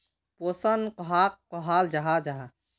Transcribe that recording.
पोषण कहाक कहाल जाहा जाहा?